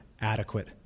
adequate